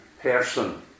person